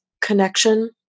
connection